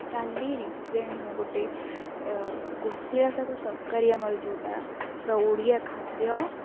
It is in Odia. କାଲି ରିସେଣ୍ଟ୍ ମୁଁ ଗୋଟେ କୋଶିଳା ଶାଗ ତରକାରୀ ଆମର ଯେଉଁଟା ପୁରା ଓଡ଼ିଆ ଖାଦ୍ୟ